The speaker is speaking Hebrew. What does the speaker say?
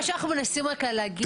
מה שאנחנו מנסים להגיע.